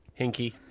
hinky